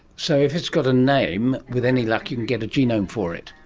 so if it's got a name, with any luck you can get a genome for it.